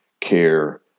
care